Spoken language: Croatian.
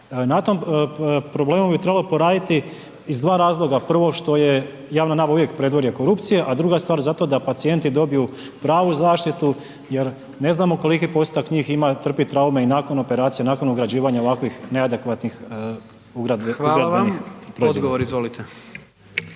Na tom problemu bi trebalo poraditi iz dva razloga, prvo što je javna nabava predvorje korupcije, a druga stvar zato da pacijenti dobiju pravu zaštitu jer ne znamo koliki postotak njih ima, trpi traume i nakon operacije i nakon ugrađivanja ovakvih neadekvatnih ugradbenih proizvoda. **Jandroković,